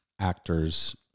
actors